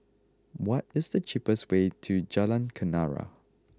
what is the cheapest way to Jalan Kenarah